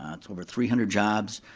ah it's over three hundred jobs.